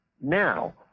Now